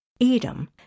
Edom